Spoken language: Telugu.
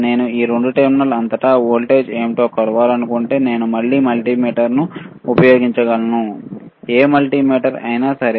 నేను ఈ రెండు టెర్మినల్ అంతటా వోల్టేజ్ ఏమిటో కొలవాలనుకుంటే నేను మళ్ళీ మల్టీమీటర్ను ఉపయోగించగలను ఏ మల్టీమీటర్ అయినా సరే